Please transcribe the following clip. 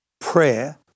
Prayer